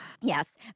Yes